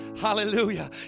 Hallelujah